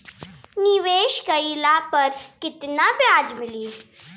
निवेश काइला पर कितना ब्याज मिली?